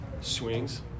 swings